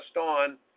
on